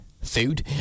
food